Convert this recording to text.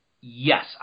yes